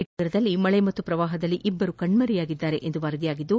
ಈ ಮಧ್ಯ ಇಟಾನಗರದಲ್ಲಿ ಮಳೆ ಮತ್ತು ಪ್ರವಾಪದಲ್ಲಿ ಇಬ್ಬರು ಕಣ್ನರೆಯಾಗಿದ್ದಾರೆ ಎಂದು ವರದಿಯಾಗಿದ್ದು